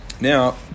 Now